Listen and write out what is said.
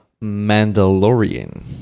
Mandalorian